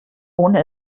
ohne